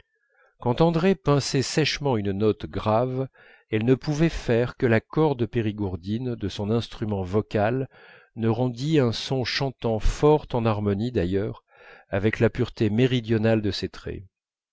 quand andrée pinçait sèchement une note grave elle ne pouvait faire que la corde périgourdine de son instrument vocal ne rendît un son chantant fort en harmonie d'ailleurs avec la pureté méridionale de ses traits